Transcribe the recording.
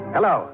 Hello